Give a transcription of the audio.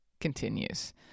continues